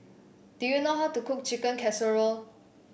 do you know how to cook Chicken Casserole